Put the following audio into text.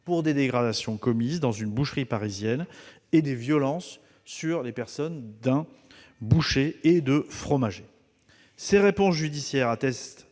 pour des dégradations commises dans une boucherie parisienne et des violences sur les personnes d'un boucher et de fromagers. Ces réponses judiciaires attestent